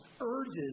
urges